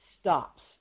stops